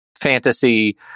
fantasy